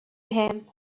him